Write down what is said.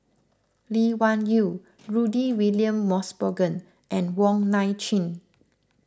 Lee Wung Yew Rudy William Mosbergen and Wong Nai Chin